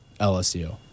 LSU